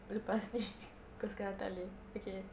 lepas ni so sekarang tak boleh okay